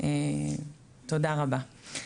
תודה רבה.